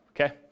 okay